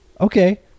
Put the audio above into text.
Okay